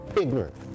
ignorant